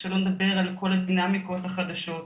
שלא לדבר על כל הדינמיקות החדשות.